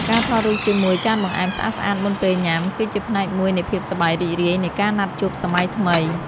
ការថតរូបជាមួយចានបង្អែមស្អាតៗមុនពេលញ៉ាំ គឺជាផ្នែកមួយនៃភាពសប្បាយរីករាយនៃការណាត់ជួបសម័យថ្មី។